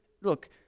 Look